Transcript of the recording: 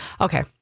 Okay